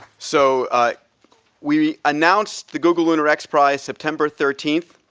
so we announced the google lunar x prize september thirteenth,